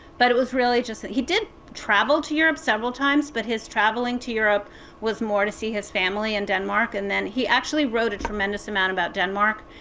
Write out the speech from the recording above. but it was really just that he did travel to europe several times, but his travelling to europe was more to see his family in denmark. and then he actually wrote a tremendous amount about denmark.